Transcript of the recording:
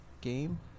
game